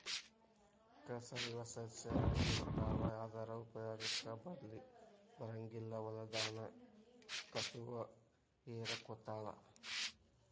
ಕಸಾ ಇವ ಸಸ್ಯಾ ಆಗಿರತಾವ ಆದರ ಉಪಯೋಗಕ್ಕ ಬರಂಗಿಲ್ಲಾ ಹೊಲದಾನ ಕಸುವ ಹೇರಕೊತಾವ